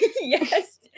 Yes